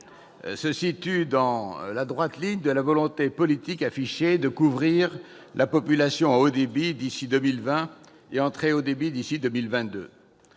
se situe dans la droite ligne de la volonté politique affichée de couvrir la population en haut débit d'ici à 2020 et en très haut débit d'ici à 2022.